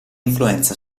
influenza